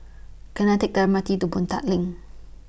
Can I Take The M R T to Boon Tat LINK